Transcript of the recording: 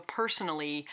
personally